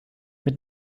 mit